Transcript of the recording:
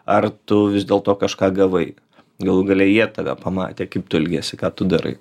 ar tu vis dėl to kažką gavai galų gale jie tave pamatė kaip tu elgiesi ką tu darai